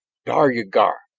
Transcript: dar-u-gar!